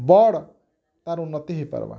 ବଡ଼୍ ତାର୍ ଉନ୍ନତି ହେଇ ପାର୍ବା